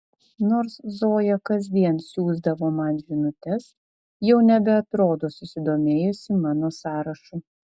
nors zoja kasdien siųsdavo man žinutes jau nebeatrodo susidomėjusi mano sąrašu